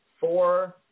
four